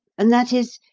and that is,